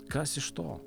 kas iš to